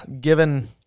Given